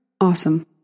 Awesome